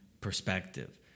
perspective